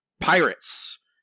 pirates